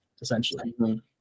essentially